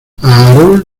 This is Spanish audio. aaron